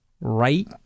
right